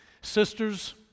sisters